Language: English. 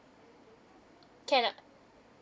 can ah